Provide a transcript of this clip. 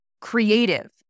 creative